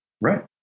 Right